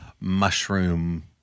mushroom